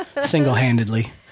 single-handedly